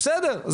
אז בסדר,